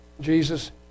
Jesus